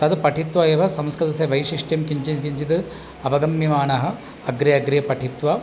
तद् पठित्वा एव संस्कृतस्य वैशिष्ट्यं किञ्चित् किञ्चिद् अवगम्यमानाः अग्रे अग्रे पठित्वा